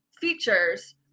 features